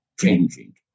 changing